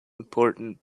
important